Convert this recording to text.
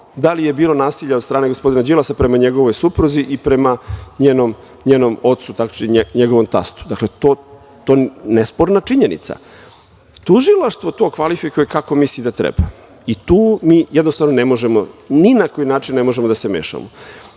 da li je bilo nasilja od strane gospodina Đilasa prema njegovoj supruzi i prema njenom ocu, tačnije njegovom tastu. To je nesporna činjenica. Tužilaštvo to kvalifikuje kako misli da treba i tu mi jednostavno ni na koji način ne možemo da se mešamo. Kada